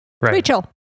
Rachel